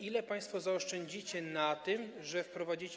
Ile państwo zaoszczędzicie na tym, że wprowadzicie.